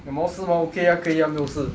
两毛四毛 okay ah 可以 ah 没有事